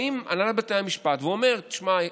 באים הנהלת בתי המשפט ואומרים: תשמע,